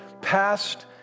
past